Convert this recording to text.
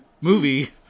movie